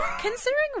Considering